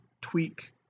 tweak